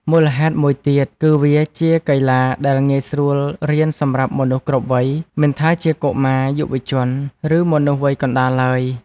មូលហេតុមួយទៀត គឺវាជាកីឡាដែលងាយស្រួលរៀនសម្រាប់មនុស្សគ្រប់វ័យ មិនថាជាកុមារ យុវជន ឬមនុស្សវ័យកណ្ដាលឡើយ។